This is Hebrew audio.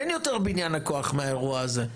אין יותר בניין הכוח מהאירוע הזה.